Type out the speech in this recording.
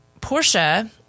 Portia